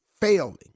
failing